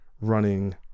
running